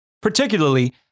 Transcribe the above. Particularly